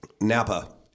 Napa